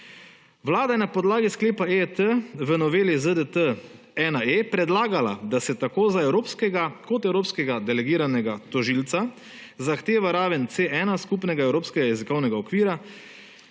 Vlada je na podlagi sklepa EJT v noveli ZDT 1E predlagala, da se tako za evropskega kot evropskega delegiranega tožilca zahteva raven C1 skupnega evropskega jezikovnega okvira,